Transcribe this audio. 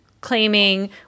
claiming